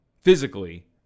physically